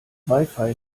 wifi